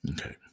Okay